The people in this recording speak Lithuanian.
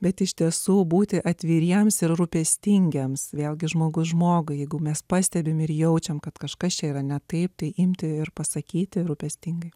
bet iš tiesų būti atviriems ir rūpestingiems vėlgi žmogus žmogui jeigu mes pastebime ir jaučiam kad kažkas čia yra ne taip tai imti ir pasakyti rūpestingai